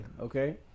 okay